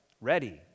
Ready